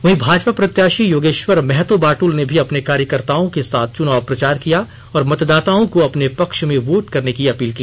वहीं भाजपा प्रत्याशी योगेश्वर महतो बाट्ल ने भी अपने कार्यकर्ताओं के साथ चुनाव प्रचार किया और मतदाताओं को अपने पक्ष में वोट करने की अपील की